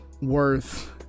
worth